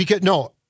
No